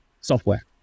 software